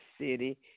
city